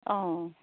অঁ